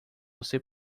você